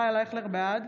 בעד